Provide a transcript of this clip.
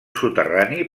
soterrani